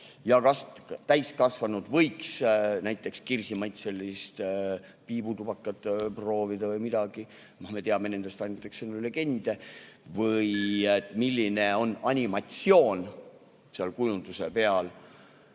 ja kas täiskasvanud võiks näiteks kirsimaitselist piibutubakat proovida või midagi – me teame nendest ainult legende, eks ole – või milline on animatsioon seal kujunduse peal,